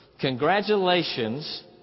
Congratulations